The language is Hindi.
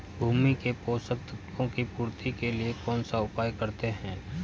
भूमि में पोषक तत्वों की पूर्ति के लिए कौनसा उपाय करते हैं?